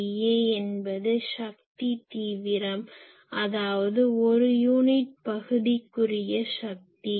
dPrdA என்பது சக்தி தீவிரம் அதாவது ஒரு யூனிட் பகுதிக்குரிய சக்தி